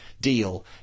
deal